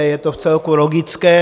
Je to vcelku logické.